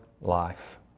life